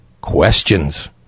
questions